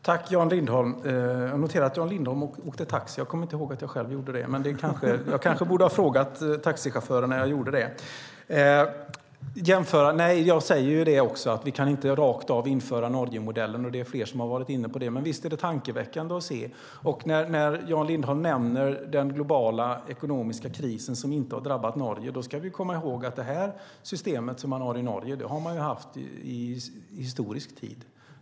Fru talman! Jag noterar att Jan Lindholm åkte taxi. Jag kommer inte ihåg att jag själv gjorde det, men jag borde ha frågat taxichauffören när jag gjorde det. Jag säger att vi inte rakt av kan införa Norgemodellen - det är fler som har varit inne på det - men visst är den tankeväckande. När Jan Lindholm nämner den globala ekonomiska krisen som inte har drabbat Norge ska vi komma ihåg att systemet i Norge har funnits i historisk tid.